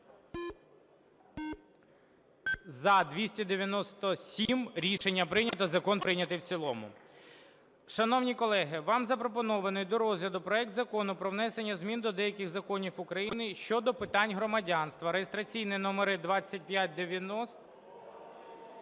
За-297 Рішення прийнято. Закон прийнятий в цілому. Шановні колеги, вам запропонований до розгляду проект Закону про внесення змін до деяких законів України щодо питань громадянства, реєстраційні номери 25...